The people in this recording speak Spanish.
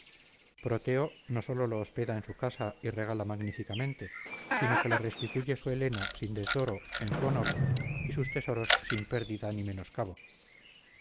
proteo no solo lo hospeda en casa y regala magníficamente sino que le restituye su helena sin desdoro en su honor y sus tesoros sin pérdida ni menoscabo